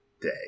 day